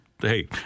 Hey